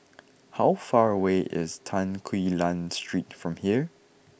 how far away is Tan Quee Lan Street from here